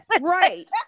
Right